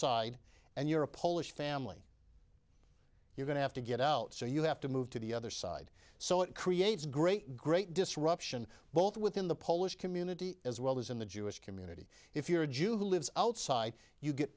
side and you're a polish family you're going to have to get out so you have to move to the other side so it creates great great disruption both within the polish community as well as in the jewish community if you're a jew who lives outside you get